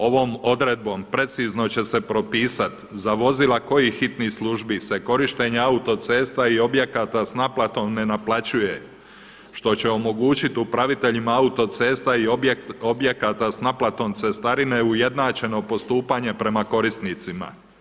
Ovom odredbom precizno će se propisati za vozila kojih hitnih služba se korištenje autocesta i objekata sa naplatom nenaplaćuje što će omogućiti upraviteljima autocesta i objekata sa naplatom cestarine ujednačeno postupanje prema korisnicima.